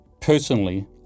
Personally